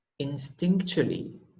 instinctually